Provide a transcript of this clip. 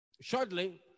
shortly